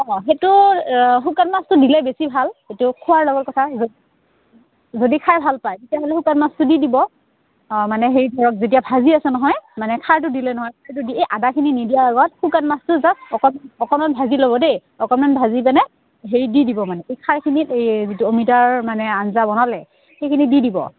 অঁ সেইটো শুকান মাছটো দিলে বেছি ভাল সেইটো খোৱাৰ লগৰ কথা যদি খাই ভাল পায় তেতিয়াহ'লে শুকান মাছটো দি দিব অঁ মানে হেৰি ধৰক যেতিয়া ভাজি আছে নহয় মানে খাৰটো দিলে নহয় খাৰটো দি এই আদাখিনি নিদিয়াৰ আগত শুকান মাছটো জাষ্ট অকণমান অকণমান ভাজি ল'ব দেই অকণমান ভাজি মানে হেৰি দি দিব মানে এই খাৰখিনিত এই যিটো অমিতাৰ মানে আঞ্জা বনালে সেইখিনি দি দিব